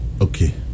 Okay